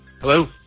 Hello